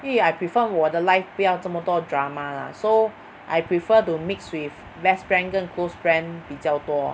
因为 I prefer 我的 life 不要这么多 drama lah so I prefer to mix with best friend 跟 close friend 比较多